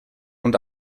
und